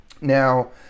now